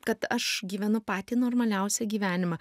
kad aš gyvenu patį normaliausią gyvenimą